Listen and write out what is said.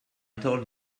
told